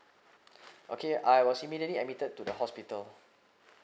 okay I was immediately admitted to the hospital